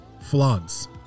floods